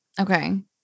Okay